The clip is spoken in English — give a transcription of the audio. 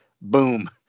boom